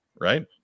Right